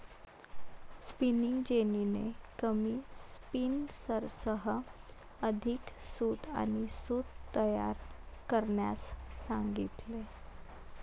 spinning जेनीने कमी स्पिनर्ससह अधिक सूत आणि सूत तयार करण्यास सांगितले